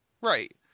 Right